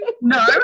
No